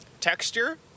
Texture